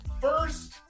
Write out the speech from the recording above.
First